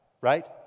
right